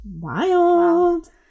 wild